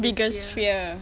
biggest fear